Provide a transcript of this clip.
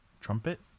Trumpet